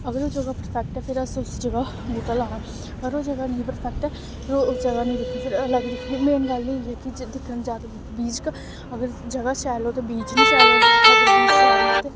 अगर ओह् जगह परफैक्ट ऐ फिर अस उस जगह् बूह्टा लाना अगर ओह् जगह नेईं परफैक्ट ऐ फिर उस जगह नेईं दिक्खना फिर अलग जगह् दिक्खना मेन गल्ल इ'यै ऐ कि अगर जगह् शैल होग ते बीज बी